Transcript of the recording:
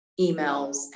emails